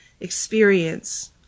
experience